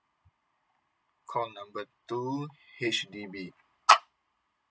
called a good tool H_D_B I